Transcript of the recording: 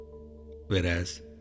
whereas